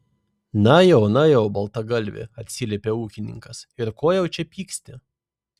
na jau na jau baltagalvi atsiliepė ūkininkas ir ko jau čia pyksti